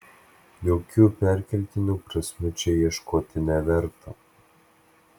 jokių perkeltinių prasmių čia ieškoti neverta